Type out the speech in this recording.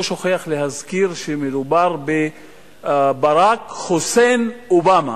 שוכח להזכיר שמדובר בברק חוסיין אובמה,